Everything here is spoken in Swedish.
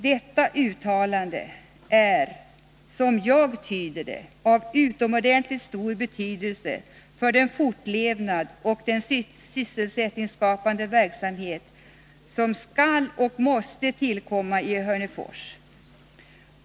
Detta uttalande är, som jag tyder det, av utomordentligt stor betydelse för den fortlevnad som skall äga rum och den sysselsättningsskapande verksamhet som måste tillkomma i Hörnefors.